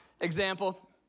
example